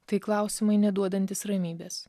tai klausimai neduodantys ramybės